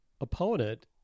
opponent